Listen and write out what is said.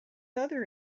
other